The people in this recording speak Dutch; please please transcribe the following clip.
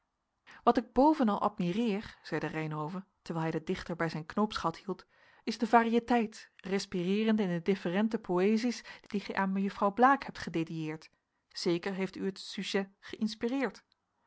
wat ik bovenal admireer zeide reynhove terwijl hij den dichter bij zijn knoopsgat hield is de variëteit respireerende in de differente poësies die gij aan mejuffrouw blaek hebt gedediëerd zeker heeft u het sujet geïnspireerd